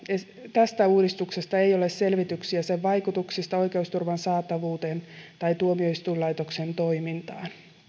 tästä uudistuksesta ei ole selvityksiä sen vaikutuksista oikeusturvan saatavuuteen tai tuomioistuinlaitoksen toimintaan